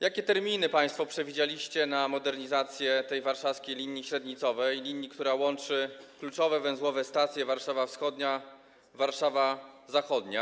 Jakie terminy państwo przewidzieliście na modernizację warszawskiej linii średnicowej, linii, która łączy kluczowe węzłowe stacje: Warszawę Wschodnią i Warszawę Zachodnią?